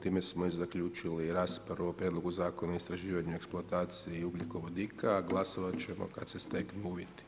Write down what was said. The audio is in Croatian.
Time smo i zaključili raspravu o Prijedlogu zakona o istraživanju i eksploataciji ugljikovodika, a glasovat ćemo kad se steknu uvjeti.